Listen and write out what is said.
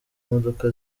modoka